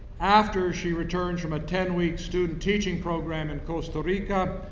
after she returns from a ten week student teaching program in costa rica,